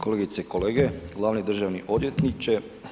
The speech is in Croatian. Kolegice i kolege, glavni državni odvjetniče.